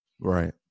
Right